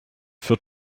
führt